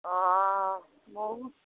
অঁ ময়ো